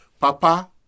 Papa